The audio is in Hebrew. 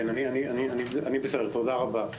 אני בסדר, תודה רבה.